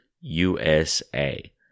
USA